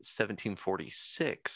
1746